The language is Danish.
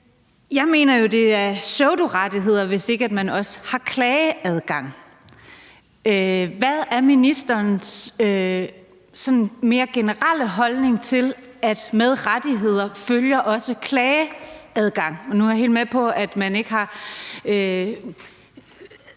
jeg mener jo, det er pseudorettigheder, hvis ikke også man har klageadgang. Hvad er ministerens mere generelle holdning til, at med rettigheder følger også klageadgang? Nu er jeg helt med på, at man ikke har